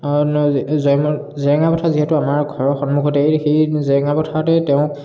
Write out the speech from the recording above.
জেৰেঙা পথাৰ যিহেতু আমাৰ ঘৰৰ সন্মুখতে সেই জেৰেঙা পথাৰতে তেওঁ